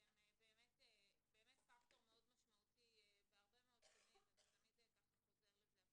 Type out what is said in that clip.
אתם באמת פקטור מאוד משמעותי בהרבה מאוד תחומים וזה תמיד חוזר לזה,